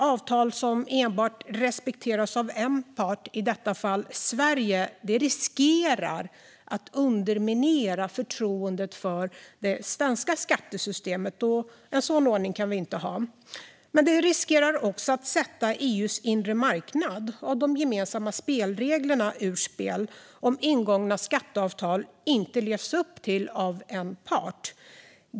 Avtal som enbart respekteras av en part, Sverige, riskerar att underminera förtroendet för det svenska skattesystemet. En sådan ordning kan vi inte ha. Det riskerar också att sätta EU:s inre marknad och de gemensamma spelreglerna ur spel om en part inte lever upp till ingångna skatteavtal.